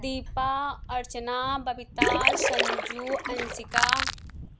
Deepa Archana Babita Sanju Anshika